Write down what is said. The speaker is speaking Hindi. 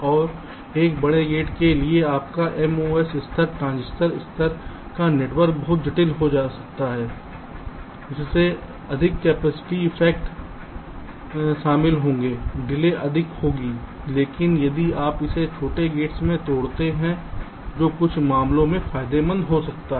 और एक बड़े गेट के लिए आपका MOS स्तर ट्रांजिस्टर स्तर का नेटवर्क बहुत जटिल हो सकता है इसमें अधिक कैपेसिटी इफेक्ट शामिल होंगेडिले अधिक बड़ी होगी लेकिन यदि आप इसे छोटे गेट्स में तोड़ सकते हैं जो कुछ मामलों में फायदेमंद हो सकते हैं